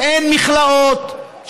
שאין מכלאות,